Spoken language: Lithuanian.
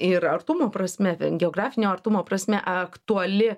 ir artumo prasme geografinio artumo prasme aktuali